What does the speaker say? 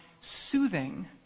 soothing